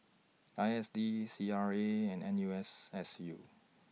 I S D C R A and N U S S U